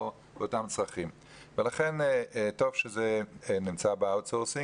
לכן טוב שזה נמצא במיקור חוץ.